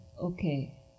Okay